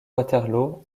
waterloo